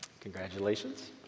Congratulations